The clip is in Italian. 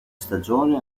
stagione